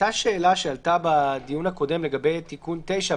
הייתה שאלה שעלתה בדיון הקודם לגבי תיקון 9,